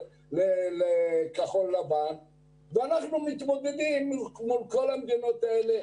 לכחול לבן ואנחנו מתמודדים מול כל המדינות האלה.